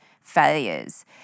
failures